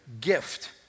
Gift